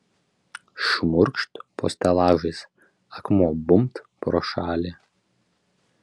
šmurkšt po stelažais akmuo bumbt pro šalį